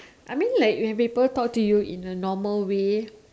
I mean when people talk to you in a normal way